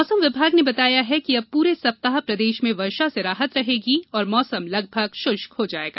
मौसम विभाग ने बताया कि अब पूरे सप्ताह प्रदेश में वर्षा से राहत रहेगी तथा मौसम लगभग शुष्क हो जाएगा